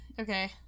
Okay